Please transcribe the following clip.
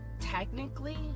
technically